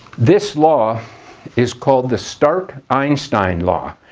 this law is called the stark-einstein law.